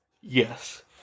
Yes